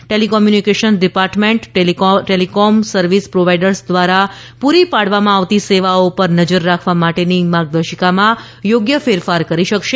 telecommunications department telecom service providers દ્વારા પૂરી પાડવામાં આવતી સેવાઓ પર નજર રાખવા માટેની માર્ગદર્શિકામાં યોગ્ય ફેરફાર કરી શકશે